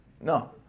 No